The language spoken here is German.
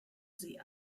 sie